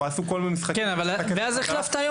או עשו כל מיני משחקים --- אבל היום החלפת את